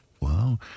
wow